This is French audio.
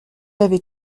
avait